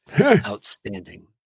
outstanding